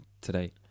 today